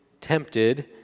tempted